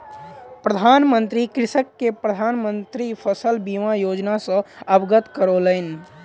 प्रधान मंत्री कृषक के प्रधान मंत्री फसल बीमा योजना सॅ अवगत करौलैन